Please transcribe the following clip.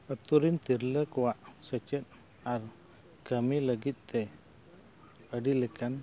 ᱟᱛᱳᱨᱮᱱ ᱛᱤᱨᱞᱟᱹ ᱠᱚᱣᱟᱜ ᱥᱮᱪᱮᱫ ᱟᱨ ᱠᱟᱹᱢᱤ ᱞᱟᱹᱜᱤᱫᱼᱛᱮ ᱟᱹᱰᱤ ᱞᱮᱠᱟᱱ